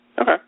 okay